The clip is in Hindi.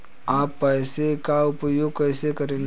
आप पैसे का उपयोग कैसे करेंगे?